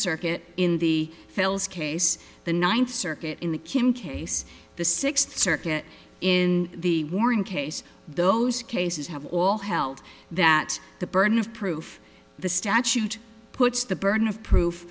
circuit in the fells case the ninth circuit in the kim case the sixth circuit in the warring case those cases have all held that the burden of proof the statute puts the burden of proof